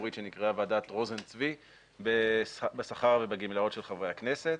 ציבורית שנקראה ועדת רוזן-צבי בשכר ובגמלאות של חברי הכנסת,